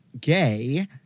gay